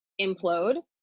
implode